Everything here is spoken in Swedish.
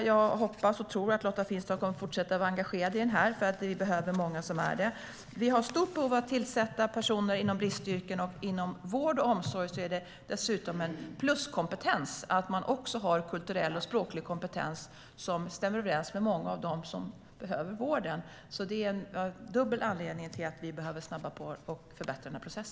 Jag hoppas och tror att Lotta Finstorp kommer att fortsätta att vara engagerad i den eftersom vi behöver många som är det. Vi har ett stort behov av att tillsätta personer inom bristyrken. Inom vård och omsorg är det dessutom en pluskompetens att man också har kulturell och språklig kompetens som stämmer överens med många av dem som behöver vården. Det är en dubbel anledning till att vi behöver snabba på och förbättra denna process.